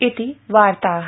इति वार्ता